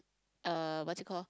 uh what's it called